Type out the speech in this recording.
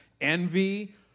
envy